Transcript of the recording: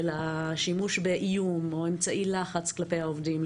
של השימוש באיום או אמצעי לחץ כלפי העובדים.